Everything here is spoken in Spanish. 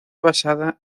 basada